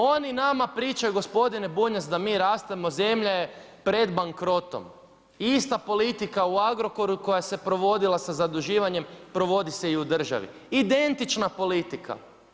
Oni nama pričaju, gospodine Bunjac da mi rastemo, zemlja je pred bankrotom, ista politika u Agrokoru koja se provodila sa zaduživanjem, provodi se i u državi, identična politika.